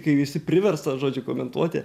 kai esi priverstas žodžiu komentuoti